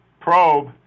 probe